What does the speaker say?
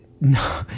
No